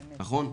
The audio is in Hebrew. נכון?